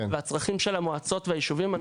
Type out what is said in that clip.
וליבנו חלילה לא גס בצרכים של המועצות והיישובים.